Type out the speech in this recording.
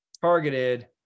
targeted